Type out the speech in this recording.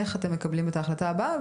איך אתם מקבלים את ההחלטה הבאה.